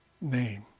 name